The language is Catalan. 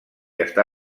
està